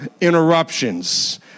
interruptions